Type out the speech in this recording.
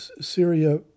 Syria